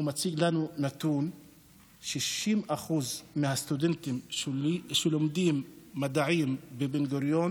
הוא הציג לנו נתון: 60% מהסטודנטים הבדואים שלומדים מדעים בבן-גוריון